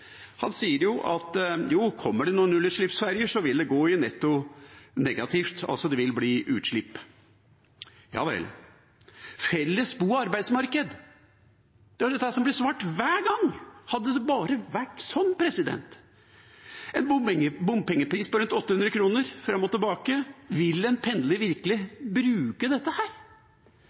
Han sier at kommer det noen nullutslippsferger, vil det gå i netto negativt – altså det vil bli utslipp. Ja vel. Felles bo- og arbeidsmarked er svaret hver gang. Hadde det bare vært sånn. Vil en pendler virkelig bruke dette med en bompengepris på rundt 800 kr fram og tilbake? Vil over en times reise mellom de store sentra for boliger og arbeidsplasser virkelig gi dette?